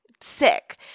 sick